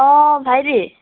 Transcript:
অ' ভাইটি